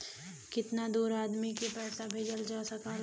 कितना दूर आदमी के पैसा भेजल जा सकला?